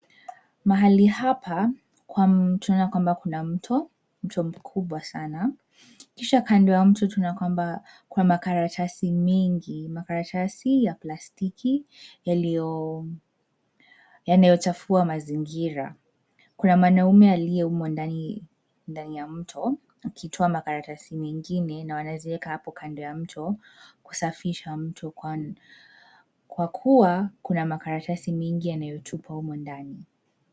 Mahali hapa tunaona kwamba kuna mto, mto mkubwa sana. Kisha kando ya mto tunaona kwamba kuna makaratasi mingi makaratasi ya plastiki yanayochafua mazingira. Kuna manaume aliye umo ndani ya mto, akitoa makaratasi mingine na anazieka hapo kando ya mto kusafisha mto kwa kuwa kuna makaratasi mingi yanayotupwa umo ndani.